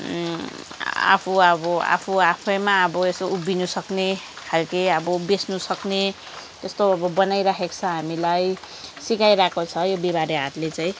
आफू अब आफू आफैमा अब यसो उभिनुसक्ने खालके अब बेच्नुसक्ने यस्तो अब बनाइराखेको छ हामीलाई सिकाइरहेको छ यो बिहिबारे हाटले चाहिँ